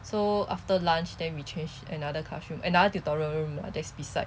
so after lunch then we change another classroom another tutorial room that's beside